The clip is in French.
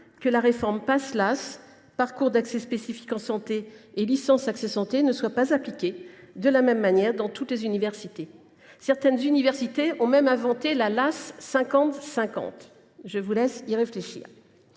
que la réforme dite Pass (parcours accès santé spécifique) – LAS (licence accès santé) ne soit pas appliquée de la même manière dans toutes les universités. Certaines universités ont même inventé la « LAS 50 50 »; je vous laisse y réfléchir…